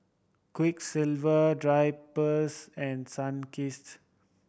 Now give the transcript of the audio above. Quiksilver Drypers and Sunkist